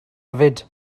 hefyd